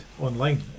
online